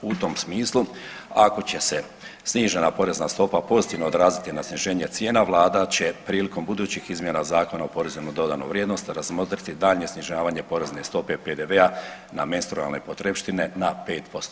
U tom smislu ako će se snižena porezna stopa pozitivno odraziti na sniženje cijena vlada će prilikom budućih izmjena Zakona o porezu na dodanu vrijednost razmotriti daljnje snižavanje porezne stope PDV-a na menstrualne potrepštine na 5%